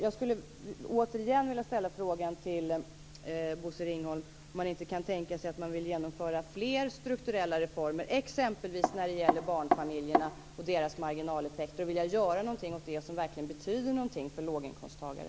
Jag skulle återigen vilja fråga Bosse Ringholm om han inte kan tänka sig att vilja genomföra fler strukturella reformer, exempelvis när det gäller barnfamiljerna och deras marginaleffekter, och göra något åt det som verkligen betyder något för låginkomsttagare.